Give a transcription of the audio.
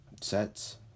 sets